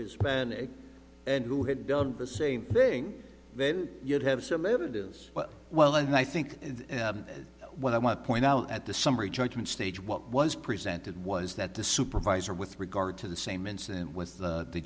hispanic and who had done the same thing then you'd have some evidence but well and i think what i want to point out at the summary judgment stage what was presented was that the supervisor with regard to the same incident with the